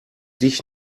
dich